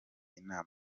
inama